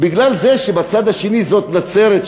כי הצד השני זה נצרת,